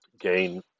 gain